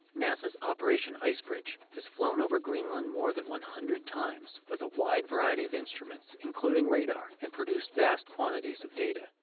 nasa's operation icebridge has flown over greenland more than one hundred times with a wide variety of instruments, including radar, and generated vast quantities of data,